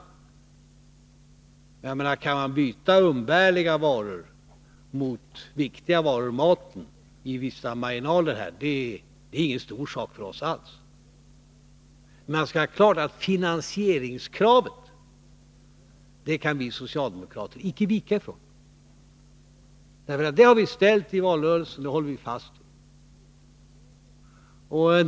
Att som en marginell företeelse byta umbärliga varor mot viktiga varor — maten — är inte alls någon stor sak för oss. Men man skall ha klart för sig att vi socialdemokrater icke kan vika ifrån finansieringskravet. "Det har vi ställt i valrörelsen, och det håller vi fast vid.